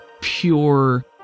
pure